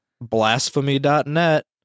Blasphemy.net